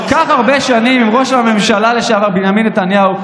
כך הרבה שנים עם ראש הממשלה לשעבר בנימין נתניהו,